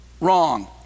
wrong